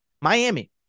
Miami